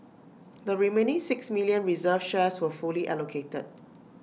the remaining six million reserved shares were fully allocated